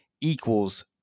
equals